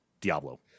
diablo